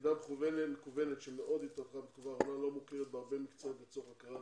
למידה מקוונת לא מוכרת בהרבה מקצועות לצורך הכרה